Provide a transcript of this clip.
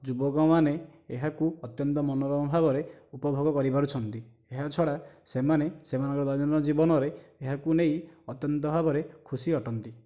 ଯୁବକ ମାନେ ଏହାକୁ ଅତ୍ୟନ୍ତ ମନୋରମ ଭାବରେ ଉପଭୋଗ କରିପାରୁଛନ୍ତି ଏହା ଛଡ଼ା ସେମାନେ ସେମାନଙ୍କର ଦୈନନ୍ଦିନ ଜୀବନରେ ଏହାକୁ ନେଇ ଅତ୍ୟନ୍ତ ଭାବରେ ଖୁସି ଅଟନ୍ତି